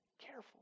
Careful